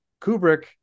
Kubrick